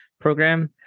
program